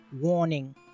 warning